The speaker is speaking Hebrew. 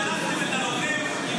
ועוד היה לכם את הלוחם ינון